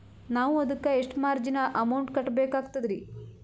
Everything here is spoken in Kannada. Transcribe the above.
ನಾವು ಅದಕ್ಕ ಎಷ್ಟ ಮಾರ್ಜಿನ ಅಮೌಂಟ್ ಕಟ್ಟಬಕಾಗ್ತದ್ರಿ?